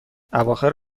اواخر